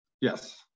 Yes